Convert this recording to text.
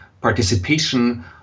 participation